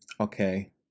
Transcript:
okay